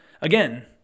Again